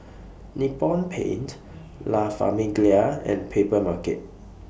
Nippon Paint La Famiglia and Papermarket